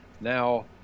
now